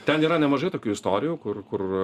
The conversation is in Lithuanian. ten yra nemažai tokių istorijų kur kur